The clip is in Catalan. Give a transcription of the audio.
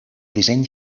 disseny